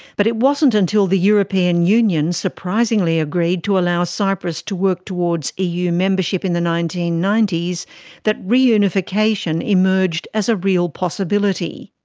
but it wasn't until the european union surprisingly agreed to allow cyprus to work towards eu membership in the nineteen ninety s that reunification emerged as a real possibility.